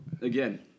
again